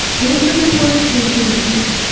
rates of reported cases reached,